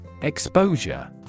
Exposure